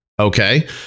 Okay